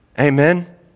amen